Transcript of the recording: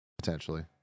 potentially